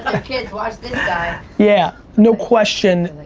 kids watch this guy. yeah, no question.